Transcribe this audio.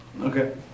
Okay